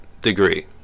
degree